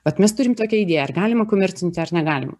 vat mes turim tokią idėją ar galima komercinti ar negalima